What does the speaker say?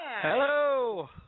Hello